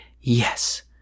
Yes